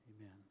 Amen